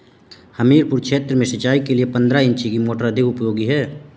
हमीरपुर क्षेत्र में सिंचाई के लिए पंद्रह इंची की मोटर अधिक उपयोगी है?